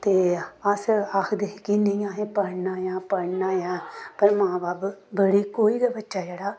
ते अस आखदे हे कि नेईं असें पढ़ना ऐ पढ़ना ऐ पर मां बब्ब बड़ी कोई गै बच्चा जेह्ड़ा